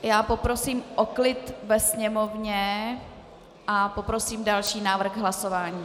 Já poprosím o klid ve Sněmovně a prosím o další návrh k hlasování.